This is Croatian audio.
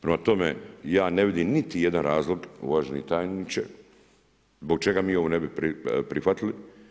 Prema tome, ja ne vidim niti jedan razlog uvaženi tajniče zbog čega mi ovo ne bi prihvatili.